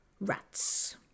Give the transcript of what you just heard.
Rats